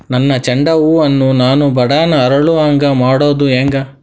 ನನ್ನ ಚಂಡ ಹೂ ಅನ್ನ ನಾನು ಬಡಾನ್ ಅರಳು ಹಾಂಗ ಮಾಡೋದು ಹ್ಯಾಂಗ್?